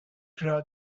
gras